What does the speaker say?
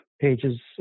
pages